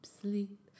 sleep